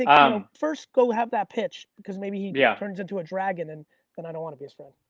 i think um first go have that pitch because maybe he yeah turns into a dragon and then i don't want to be his friend.